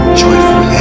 joyful